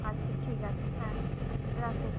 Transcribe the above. আচ্ছা ঠিক আছে হ্যাঁ রাখো